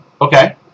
Okay